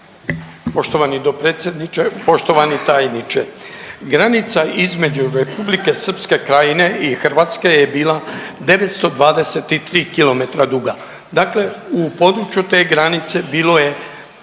poštovani tajniče, granica između Republike Srpske Krajine i Hrvatske je bila 923 kilometra duga, dakle u području te granice bilo je